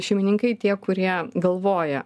šeimininkai tie kurie galvoja